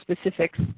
specifics